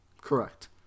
Correct